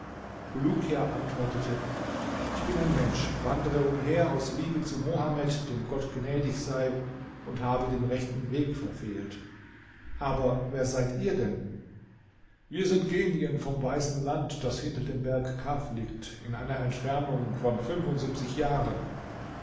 bulukia antwortete ich bin ein mensch wandere umher aus liebe zu mohammed dem gott gnädig sei und habe den rechten weg verfehlt aber wer seid ihr denn wir sind genien vom weißen land das hinter dem berg kaf liegt in einer entfernung von jahren